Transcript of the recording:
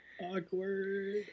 Awkward